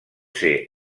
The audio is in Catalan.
ser